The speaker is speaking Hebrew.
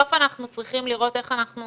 בסוף אנחנו צריכים לראות איך אנחנו